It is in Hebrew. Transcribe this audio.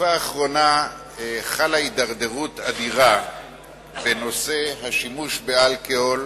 בתקופה האחרונה חלה הידרדרות אדירה בנושא השימוש באלכוהול